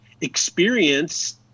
experience